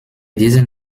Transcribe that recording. diesen